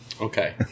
Okay